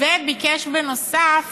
וביקש בנוסף